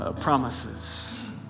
promises